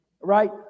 Right